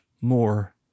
more